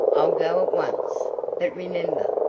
i'll go at once but remember,